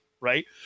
Right